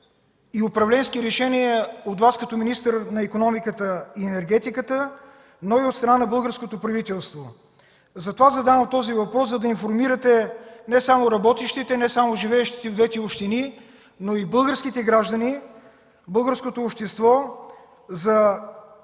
и управленски решения от Вас като министър на икономиката и енергетиката, но и от страна на българското правителство. Задавам този въпрос, за да информирате не само работещите, не само живеещите в двете общини, но и българските граждани, българското общество, за